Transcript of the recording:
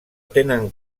tenen